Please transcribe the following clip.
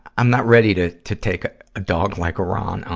i'm not ready to, to take a dog like ron on.